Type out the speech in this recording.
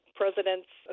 president's